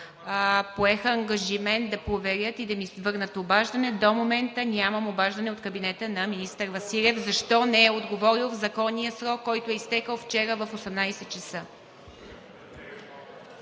Поеха ангажимент да проверят и да ми върнат обаждане. До момента нямам обаждане от кабинета на министър Василев защо не е отговорил в законния срок, който е изтекъл вчера в 18,00